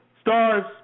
Stars